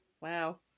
Wow